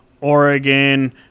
Oregon